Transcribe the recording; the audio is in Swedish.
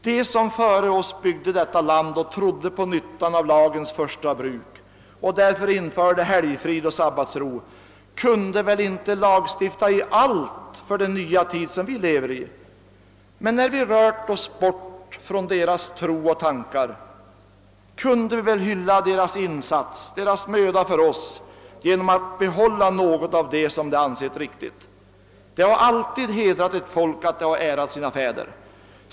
De som före oss byggde detta land och som trodde på nyttan av lagens första bruk och därför införde helgfrid och sabbatsro kunde väl inte lagstifta om allt för den nya tid vi lever i, men när vi har rört oss bort från deras tro och tankar kunde vi väl hylla deras insats och deras möda för oss genom att behålla något av det som de ansett riktigt. Det har alltid hedrat ett folk att det ärat sina fäder.